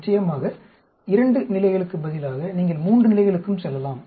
நிச்சயமாக 2 நிலைகளுக்கு பதிலாக நீங்கள் 3 நிலைகளுக்கும் செல்லலாம்